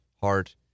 heart